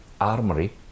armory